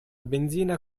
benzina